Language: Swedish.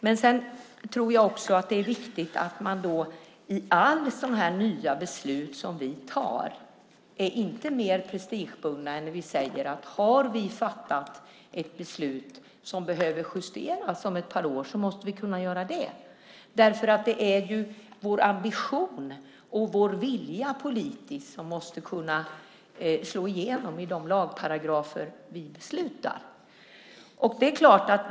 Men jag tror också att det är viktigt att vi i alla nya beslut som vi tar inte är mer prestigefulla än att vi säger att har vi fattat ett beslut som behöver justeras efter några år måste vi kunna göra det. Det är vår ambition och vilja politiskt som måste kunna slå igenom i de lagparagrafer vi beslutar.